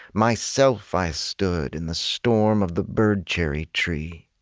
myself i stood in the storm of the bird-cherry tree.